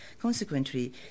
Consequently